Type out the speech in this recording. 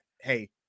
hey